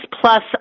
plus